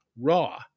Raw